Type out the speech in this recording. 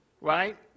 Right